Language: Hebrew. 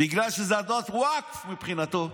בגלל שזו אדמת וקף מבחינתו.